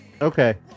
Okay